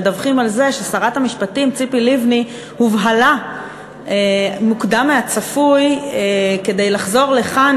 מדווחים ששרת המשפטים ציפי לבני הובהלה מוקדם מהצפוי לחזור לכאן,